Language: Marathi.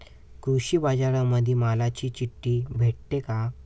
कृषीबाजारामंदी मालाची चिट्ठी भेटते काय?